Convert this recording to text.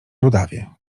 rudawie